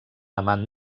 amant